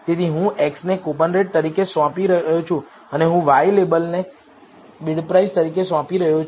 તેથી હું xને કૂપનરેટ તરીકે સોંપી રહ્યો છું અને હું y લેબલને બિડપ્રાઇસ તરીકે સોંપી રહ્યો છું